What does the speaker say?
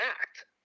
act